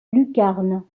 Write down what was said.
lucarne